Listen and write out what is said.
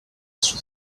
some